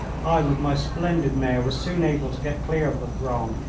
i with my splendid mare was soon able to get clear of the throng,